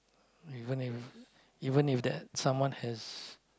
even if even if that someone has